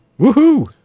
Woohoo